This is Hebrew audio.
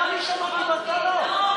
איך אני שמעתי ואתה לא?